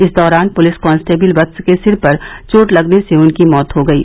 इस दौरान police constable Vats के सिर पर चोट लगने से उनकी मौत हो गयी